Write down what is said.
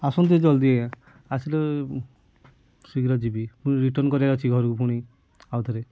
ଆସନ୍ତୁ ଟିକେ ଜଲ୍ଦି ଆଜ୍ଞା ଆସିଲେ ଶୀଘ୍ର ଯିବି ଫୁଣି ରିଟର୍ନ୍ କରିବାର ଅଛି ଘରକୁ ପୁଣି ଆଉଥରେ